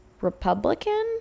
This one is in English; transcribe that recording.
Republican